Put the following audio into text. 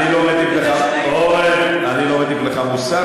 אורן, אני לא מטיף לך, אורן, אני לא מטיף לך מוסר.